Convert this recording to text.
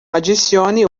adicione